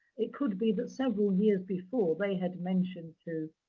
it could be that several years before, they had mentioned to